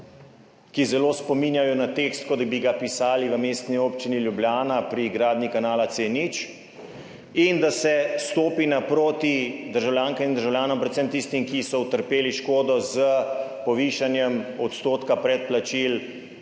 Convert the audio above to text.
ki zelo spominjajo na tekst, kot bi ga pisali v Mestni občini Ljubljana pri gradnji kanala C0, in da se stopi naproti državljankam in državljanom, predvsem tistim, ki so utrpeli škodo s povišanjem odstotka predplačil